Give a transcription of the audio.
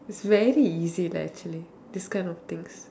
is very easy lah actually these kind of things